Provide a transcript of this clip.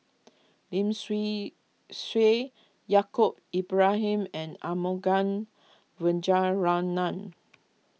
Lim Swee Say Yaacob Ibrahim and Arumugam Vijiaratnam